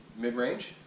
mid-range